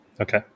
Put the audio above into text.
Okay